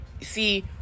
See